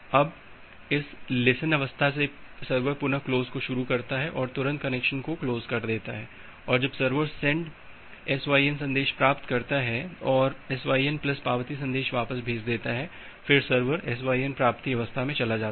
अब इस लिसेन अवस्था से सर्वर पुनः क्लोज को शुरू करता है और तुरंत कनेक्शन को क्लोज कर देता है और जब सर्वर सेंड SYN सन्देश प्राप्त करता है और SYN प्लस पावती सन्देश वापस भेज देता है फिर सर्वर SYN प्राप्ति अवस्था मे चला जाता है